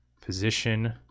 position